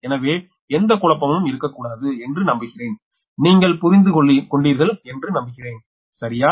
எனவே எந்த குழப்பமும் இருக்கக்கூடாது என்று நம்புகிறேன் நீங்கள் புரிந்து கொண்டீர்கள் என்று நம்புகிறேன் சரியா